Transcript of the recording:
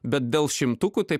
bet dėl šimtukų tai